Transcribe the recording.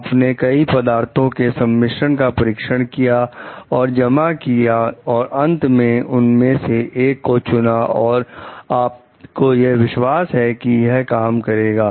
आपने कई पदार्थों के सम्मिश्रण का परीक्षण किया और जमा किया और अंत में उनमें से एक को चुना और आपको यह विश्वास है कि यह काम करेगा